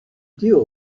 deal